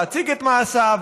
להציג את מעשיו,